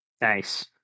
Nice